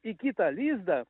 į kitą lizdą